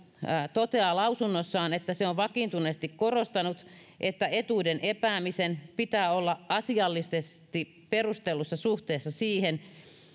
toteaa lausunnossaan että se on vakiintuneesti korostanut että etuuden epäämisen pitää olla asiallisesti perustellussa suhteessa siihen